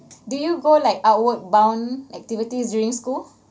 do you go like outward bound activities during school